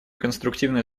конструктивное